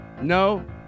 No